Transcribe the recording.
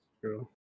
true